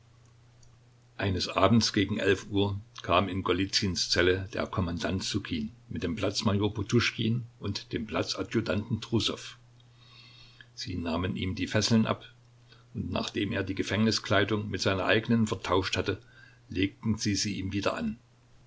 eines abends gegen elf uhr kam in golizyns zelle der kommandant ssukin mit dem platz major poduschkin und dem platz adjutanten trussow sie nahmen ihm die fesseln ab und nachdem er die gefängniskleidung mit seiner eigenen vertauscht hatte legten sie sie ihm wieder an